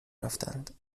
رفتند